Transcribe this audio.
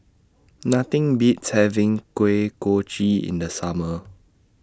Nothing Beats having Kuih Kochi in The Summer